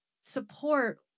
support